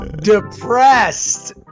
depressed